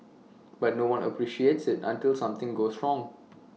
but no one appreciates IT until something goes wrong